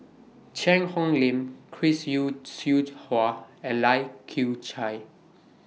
Cheang Hong Lim Chris Yeo Siew Hua and Lai Kew Chai